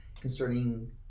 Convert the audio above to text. concerning